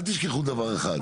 אל תשכחו דבר אחד.